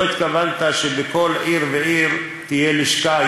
לא התכוונת שבכל עיר ועיר תהיה לשכה,